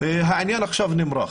שהעניין עכשיו נמרח